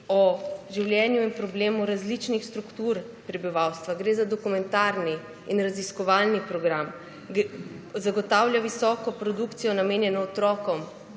o življenju in problemu različnih struktur prebivalstva. Gre za dokumentarni in raziskovalni program, zagotavlja visoko produkcijo, namenjeno otrokom,